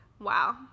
Wow